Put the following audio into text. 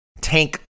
tank